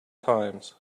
times